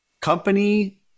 company